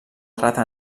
rata